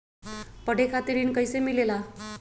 पढे खातीर ऋण कईसे मिले ला?